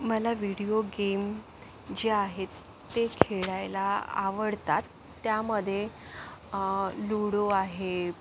मला video game जे आहेत ते खेळायला आवडतात त्यामध्ये ल्युडो आहे